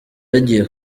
yagiye